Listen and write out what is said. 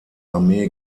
armee